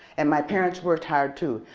and my parents worked hard too,